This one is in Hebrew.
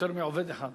יותר מעובד אחד.